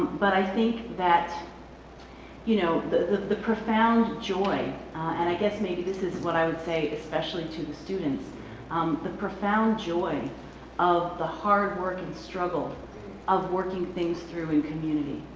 but i think that you know the the profound joy and i guess maybe this is what i would say, especially to students um the profound joy of the hard work and struggle of working things through in community,